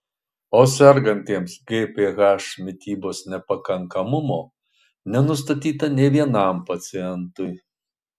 o sergantiems gph mitybos nepakankamumo nenustatyta nė vienam pacientui